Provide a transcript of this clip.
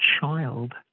Child